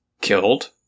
killed